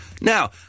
Now